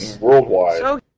worldwide